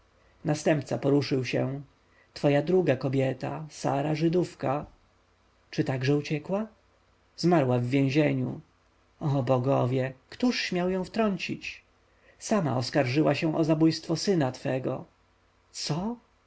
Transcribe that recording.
następca poruszył się twoja druga kobieta sara żydówka czy także uciekła zmarła w więzieniu o bogowie któż śmiał ją wtrącić sama oskarżyła się o zabójstwo syna twego co